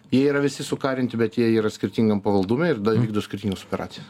jie yra visi sukarinti bet jie yra skirtingam pavaldume ir dar vykdo skirtingas operacijas